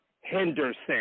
Henderson